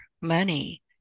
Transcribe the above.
money